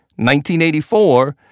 1984